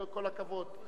כל הכבוד.